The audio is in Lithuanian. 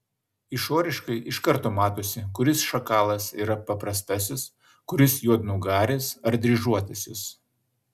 išoriškai iš karto matosi kuris šakalas yra paprastasis kuris juodnugaris ar dryžuotasis